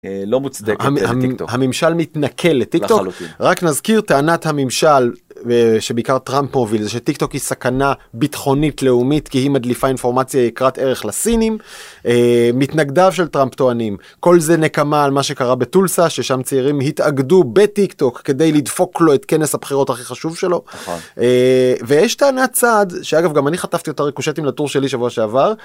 לא מוצדק הממשל מתנכלת רק נזכיר טענת הממשל שבעיקר טראמפ מוביל שטיק-טוק היא סכנה ביטחונית לאומית כי היא מדליפה אינפורמציה יקרת ערך לסינים. מתנגדיו של טראמפ טוענים כל זה נקמה על מה שקרה בטולסה ששם צעירים התאגדו בטיק-טוק כדי לדפוק לו את כנס הבחירות הכי חשוב שלו, ויש טענת צעד שאגב גם אני חטפתי את הריקושטים לטור שלי שבוע שעבר.